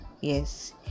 Yes